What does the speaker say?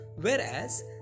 whereas